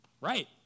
Right